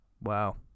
wow